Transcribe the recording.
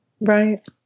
Right